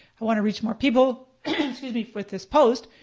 i want to reach more people. kind of excuse me with this post.